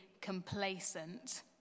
complacent